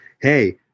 Hey